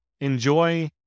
enjoy